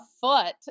foot